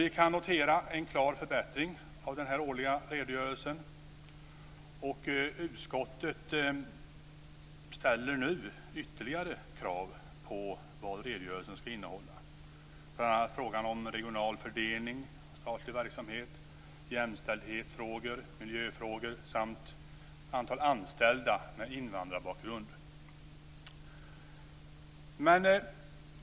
Vi kan notera en klar förbättring av denna årliga redogörelse. Utskottet ställer nu ytterligare krav på vad redogörelsen skall innehålla: bl.a. frågan om regional fördelning av statlig verksamhet, jämställdhetsfrågor, miljöfrågor samt antal anställda med invandrarbakgrund.